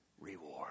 reward